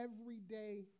everyday